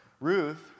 Ruth